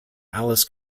alice